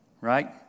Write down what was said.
right